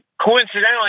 Coincidentally